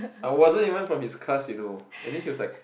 I wasn't even from his class you know and then he was like